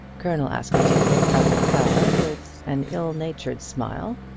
colonel askerton looked up at clara with an ill-natured smile,